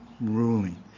ruling